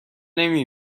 نمی